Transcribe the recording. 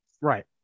Right